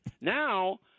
Now